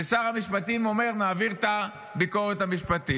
ושר המשפטים אומר, נעביר את הביקורת המשפטית.